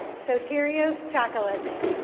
soterios tzakalist.